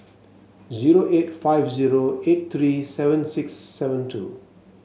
zero eight five zero eight three seven six seven two